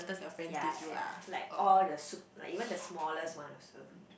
yea yea like all the sup~ like even the smallest one also